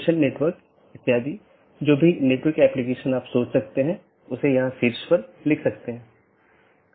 इसलिए पड़ोसियों की एक जोड़ी अलग अलग दिनों में आम तौर पर सीधे साझा किए गए नेटवर्क को सूचना सीधे साझा करती है